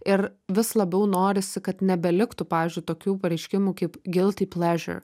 ir vis labiau norisi kad nebeliktų pavyzdžiui tokių pareiškimų kaip gilty pleže